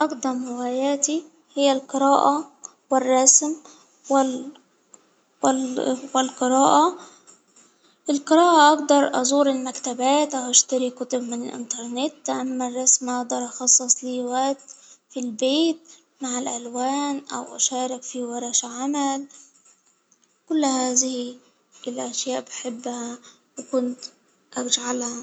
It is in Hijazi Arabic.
أقدم هواياتي هي القراءة والرسم وال-ال-القراءة، القراءة أقدر أزور المكتبات أو أشتري كتب من الإنترنت، أما الرسم أأدر أخصص ليه وقت في البيت، أو اشارك في ورش عمل كل هذه الأشياء بحبها وكنت أفعلها.